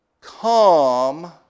come